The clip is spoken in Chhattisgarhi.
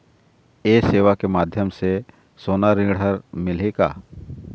ये सेवा के माध्यम से सोना ऋण हर मिलही का?